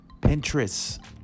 Pinterest